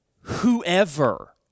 Whoever